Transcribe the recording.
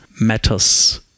matters